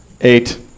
Eight